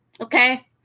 Okay